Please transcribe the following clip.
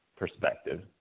perspective